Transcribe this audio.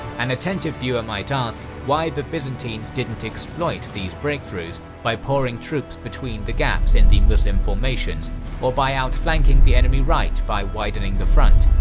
and attentive viewer might ask, why the byzantines didn't exploit these breakthroughs by pouring troops between the gaps in the muslim formations or by outflanking the enemy right by widening the front.